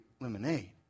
lemonade